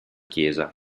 chiesa